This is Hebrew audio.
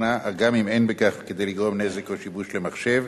תוכנה גם אם אין בכך כדי לגרום נזק או שיבוש למחשב,